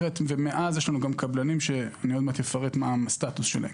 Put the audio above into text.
ומאז יש לנו גם קבלנים שעוד מעט אפרט מה הסטטוס שלהם.